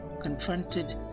confronted